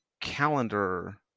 calendar